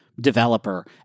developer